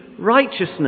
Righteousness